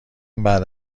بعد